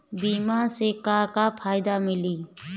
बीमा से का का फायदा मिली?